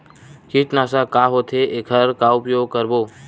कीटनाशक का होथे एखर का उपयोग करबो?